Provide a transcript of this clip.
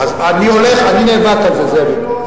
אני נאבק על זה, זאביק.